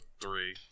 three